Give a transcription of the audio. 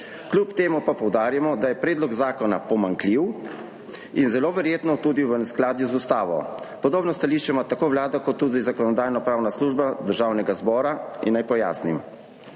Kljub temu pa poudarjamo, da je predlog zakona pomanjkljiv in zelo verjetno tudi v neskladju z ustavo. Podobno stališče imata tako Vlada kot tudi Zakonodajno-pravna služba Državnega zbora. Naj pojasnim,